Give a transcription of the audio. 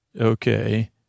Okay